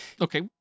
Okay